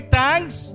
thanks